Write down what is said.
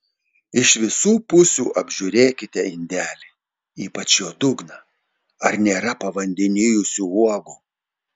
iš visų pusių apžiūrėkite indelį ypač jo dugną ar nėra pavandenijusių uogų